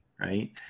right